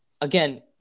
Again